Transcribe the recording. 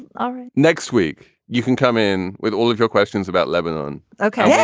all right next week, you can come in with all of your questions about lebanon ok.